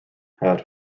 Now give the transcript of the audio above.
had